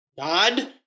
God